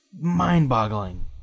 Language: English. Mind-boggling